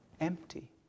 empty